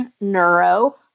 neuro